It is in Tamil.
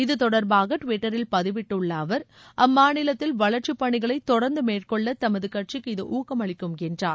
இது தொடர்பாக டுவிட்டரில் பதிவிட்டுள்ள அவர் அம்மாநிலத்தில் வளர்ச்சிப் பணிகளை தொடர்ந்து மேற்கொள்ள தமது கட்சிக்கு இது ஊக்கமளிக்கும் என்றார்